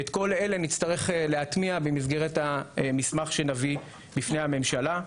ואת כל אלה נצטרך להטמיע במסגרת המסמך שנביא בפני הממשלה.